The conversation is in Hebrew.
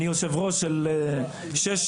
אני יושב-ראש של שש